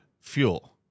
fuel